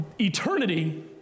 eternity